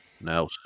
Now